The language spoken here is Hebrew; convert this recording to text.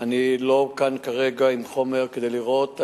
אין לי כאן כרגע חומר כדי לראות.